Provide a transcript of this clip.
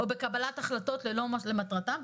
או בקבלת החלטות שלא למטרתן,